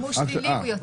אם הוא שלילי, הוא יוצא.